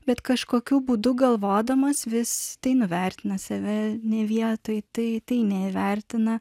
bet kažkokiu būdu galvodamas vis tai nuvertina save ne vietoj tai tai neįvertina